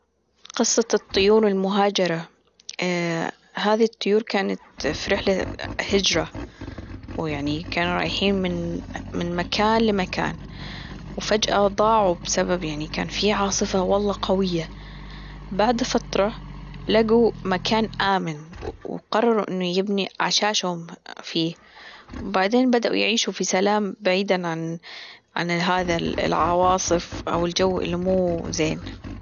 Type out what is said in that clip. قصة الطيور المهاجرة هذي الطيور كانت في رحلة هجرة ويعني كانوا رايحين من من مكان لمكان وفجأة ضاعوا بسبب يعني كان في عاصفة والله قوية بعد فترة لجوا مكان آمن وقرروا أنهم يبنوا أعشاشهم فيه بعدين بدأوا يعيشوا في سلام بعيدا عن عن هذا العواصف أو الجو اللي مو زين.